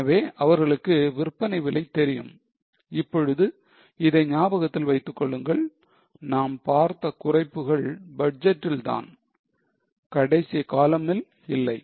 எனவே அவர்களுக்கு விற்பனை விலை தெரியும் இப்பொழுது இதை ஞாபகத்தில் வைத்துக் கொள்ளுங்கள் நாம் பார்த்த குறைப்புகள் பட்ஜெட்டில் தான் கடைசி column ல் இல்லை